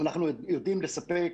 אנחנו יודעים לספק.